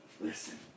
Listen